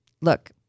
look